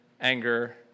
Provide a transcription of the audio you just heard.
anger